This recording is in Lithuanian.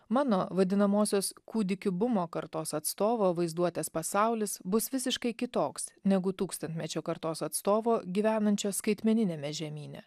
mano vadinamosios kūdikių bumo kartos atstovo vaizduotės pasaulis bus visiškai kitoks negu tūkstantmečio kartos atstovo gyvenančio skaitmeniniame žemyne